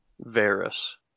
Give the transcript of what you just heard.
Varus